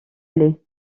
aller